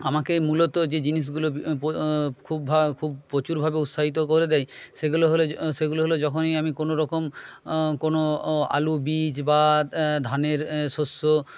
আমাকে মূলত যে জিনিসগুলো খুব খুব প্রচুরভাবে উৎসাহিত করে দেয় সেগুলো হল সেগুলো হল যখনই আমি কোনোরকম কোনো আলুবীজ বা ধানের শস্য